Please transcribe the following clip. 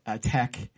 tech